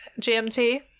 GMT